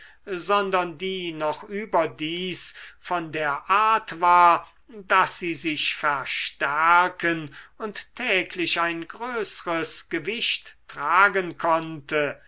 sondern die noch überdies von der art war daß sie sich verstärken und täglich ein größres gewicht tragen konnte